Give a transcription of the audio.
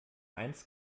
eins